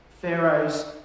Pharaoh's